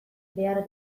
behar